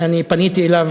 אני פניתי אליו,